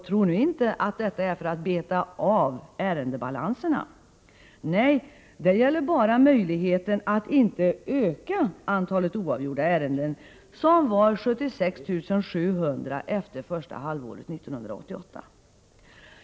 Tro inte att detta görs för att ”beta av” ärendebalanserna! Nej, det gäller bara möjligheten att inte öka antalet oavgjorda ärenden, som var 76 700 efter första halvåret 1988.